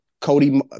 Cody